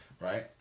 right